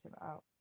out